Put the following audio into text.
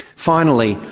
finally,